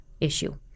issue